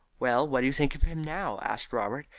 well, what do you think of him now? asked robert,